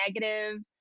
negative